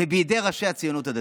ובידי ראשי הציונות הדתית.